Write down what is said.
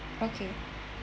okay